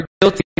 guilty